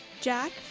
Jack